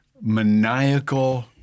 maniacal